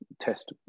test